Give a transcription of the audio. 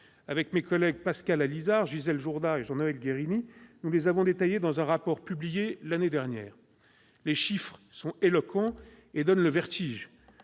Avec mes collègues Pascal Allizard, Gisèle Jourda et Jean-Noël Guérini, nous avons détaillé ces enjeux dans un rapport publié l'année dernière. Les chiffres sont éloquents et donnent le vertige